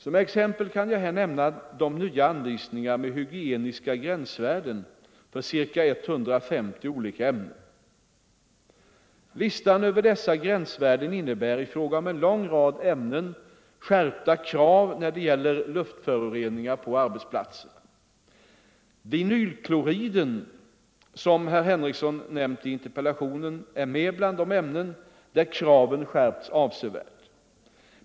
Som exempel kan jag här nämna de nya anvisningarna med hygieniska gränsvärden för ca 150 olika ämnen. Listan över dessa gränsvärden innebär i fråga om en lång rad ämnen skärpta krav när det gäller luftföroreningar på arbetsplatserna. Vinylkloriden, som herr Henrikson nämnt i interpellationen, är med bland de ämnen där kraven skärps avsevärt.